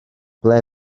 ble